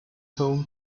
home